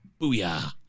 booyah